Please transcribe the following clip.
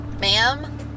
ma'am